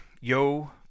yo